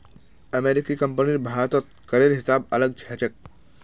अमेरिकी कंपनीर भारतत करेर हिसाब अलग ह छेक